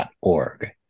.org